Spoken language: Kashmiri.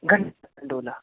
گَنڈٕ گَنڈولا